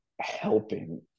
helping